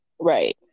Right